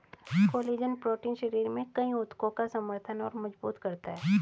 collagen protein शरीर में कई ऊतकों का समर्थन और मजबूत करता है